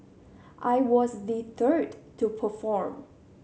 I was the third to perform